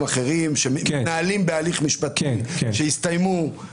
אחרים שמתנהלים בהליך משפטי ושהסתיימו?